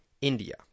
India